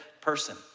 person